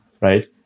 right